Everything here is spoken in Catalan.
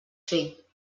fer